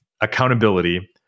accountability